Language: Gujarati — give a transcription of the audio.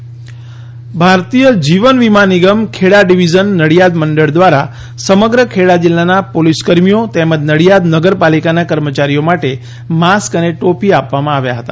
નડિયાદ મંડળ ભારતીય જીવન વીમા નિગમ ખેડા ડિવિઝન નડિયાદ મંડલ દ્વારા સમગ્ર ખેડા જિલ્લાના પોલીસ કર્મીઓ તેમજ નડિયાદ નગરપાલિકાના કર્મચારીઓ માટે માસ્ક અને ટોપી આપવામાં આવ્યા હતા